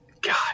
God